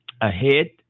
ahead